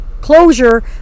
closure